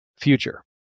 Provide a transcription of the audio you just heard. future